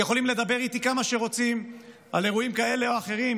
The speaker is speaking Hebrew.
יכולים לדבר איתי כמה שרוצים על אירועים כאלה או אחרים,